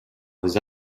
vos